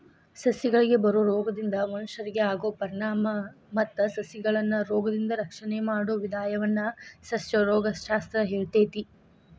ಸಸಿಗಳಿಗೆ ಬರೋ ರೋಗದಿಂದ ಮನಷ್ಯರಿಗೆ ಆಗೋ ಪರಿಣಾಮ ಮತ್ತ ಸಸಿಗಳನ್ನರೋಗದಿಂದ ರಕ್ಷಣೆ ಮಾಡೋ ವಿದಾನವನ್ನ ಸಸ್ಯರೋಗ ಶಾಸ್ತ್ರ ಹೇಳ್ತೇತಿ